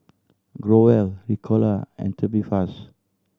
Growell Ricola and Tubifast